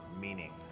meaning